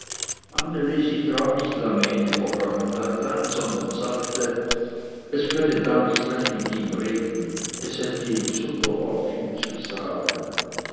nicht lange in die vergangenheit ein sondern sagte es könne da nicht recht mir ihm reden es hätte ihm bsunderbar viel zu sagen